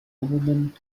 woman